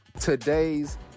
today's